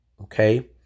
Okay